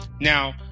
now